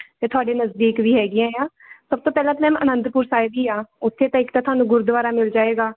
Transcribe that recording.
ਅਤੇ ਤੁਹਾਡੇ ਨਜ਼ਦੀਕ ਵੀ ਹੈਗੀਆਂ ਆ ਸਭ ਤੋਂ ਪਹਿਲਾਂ ਤਾਂ ਮੈਮ ਅਨੰਦਪੁਰ ਸਾਹਿਬ ਹੀ ਆ ਉੱਥੇ ਤਾਂ ਇੱਕ ਤਾਂ ਤੁਹਾਨੂੰ ਗੁਰਦੁਆਰਾ ਮਿਲ ਜਾਏਗਾ